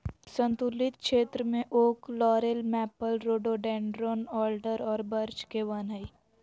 सन्तुलित क्षेत्र में oak, laurel, maple, rhododendron, alder और बर्च के वन हइ